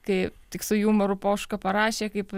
kai tik su jumoru poška parašė kaip